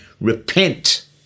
Repent